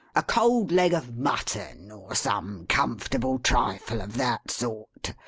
a cold leg of mutton, or some comfortable trifle of that sort.